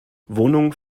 wohnung